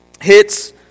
hits